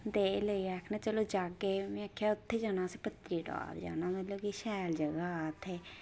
ते एह् आक्खन लगे कि चलो जाह्गे में आक्खेआ उत्थै जाना मतलब पत्तनीटाप जाना असें ते शैल जगह इत्थै